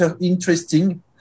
interesting